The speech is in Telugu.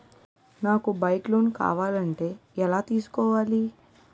నాకు బైక్ లోన్ కావాలంటే ఎలా తీసుకోవాలి?